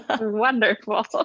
Wonderful